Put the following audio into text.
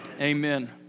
amen